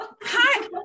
Hi